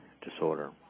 disorder